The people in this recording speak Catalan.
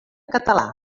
català